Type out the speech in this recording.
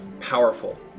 powerful